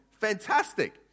Fantastic